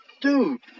Dude